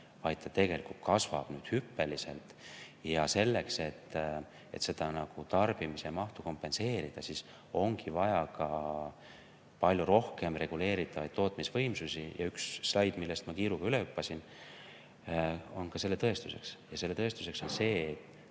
ei vähene, vaid kasvab hüppeliselt. Ja selleks, et seda tarbimise mahtu kompenseerida, ongi vaja palju rohkem reguleeritavaid tootmisvõimsusi. Üks slaid, millest ma kiiruga üle hüppasin, on selle tõestuseks. Selle tõestuseks on see,